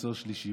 מעשר שלישי.